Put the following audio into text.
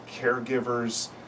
caregivers